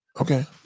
Okay